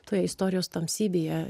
toje istorijos tamsybėje